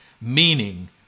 Meaning